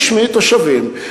תשמעי תושבים,